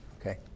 Okay